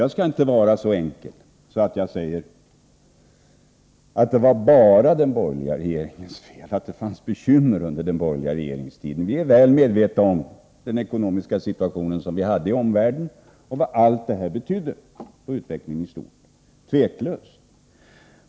Jag skall inte göra det så enkelt att jag säger att det var bara den borgerliga regeringens fel att det fanns bekymmer under den borgerliga regeringstiden. Vi är väl medvetna om vad den ekonomiska situation som rådde i omvärlden betydde för utvecklingen i stort, tveklöst.